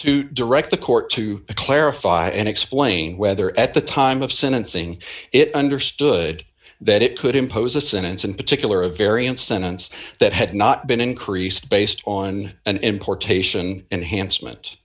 to direct the court to clarify and explain whether at the time of sentencing it understood that it could impose a sentence in particular a variance sentence that had not been increased based on an importation enhancement